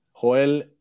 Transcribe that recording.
Joel